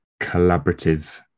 collaborative